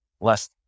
less